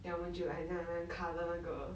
then 我们就 like 很像那个 colour 那个